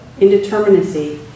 indeterminacy